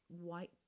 white